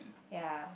ya